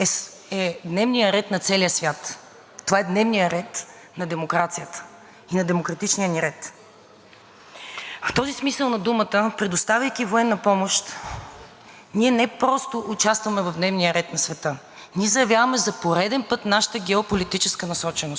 В този смисъл на думата, предоставяйки военна помощ, ние не просто участваме в дневния ред на света, ние заявяваме за пореден път нашата геополитическа насоченост, а именно да участваме като равна страна заедно с всички останали демократични цивилизовани страни.